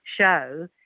show